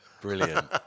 Brilliant